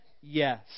Yes